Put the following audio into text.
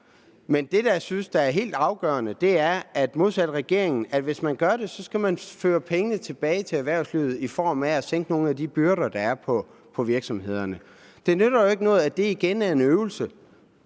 synes der er helt afgørende, er, at vi modsat det, regeringen gør, vil føre pengene tilbage til erhvervslivet ved at lette nogle byrder, der er for virksomhederne. Det nytter jo ikke noget, at det igen er en øvelse,